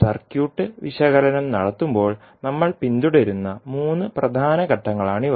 circuit വിശകലനം നടത്തുമ്പോൾ നമ്മൾ പിന്തുടരുന്ന മൂന്ന് പ്രധാന ഘട്ടങ്ങളാണിവ